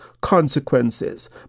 consequences